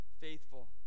faithful